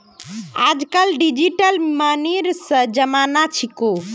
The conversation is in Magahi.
आजकल डिजिटल मनीर जमाना छिको